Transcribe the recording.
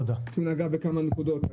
אמרו כשנגעו בכמה נקודות.